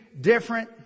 different